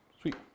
Sweet